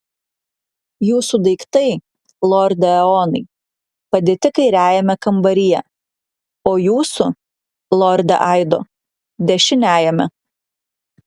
jūsų daiktai lorde eonai padėti kairiajame kambaryje o jūsų lorde aido dešiniajame